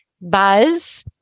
buzz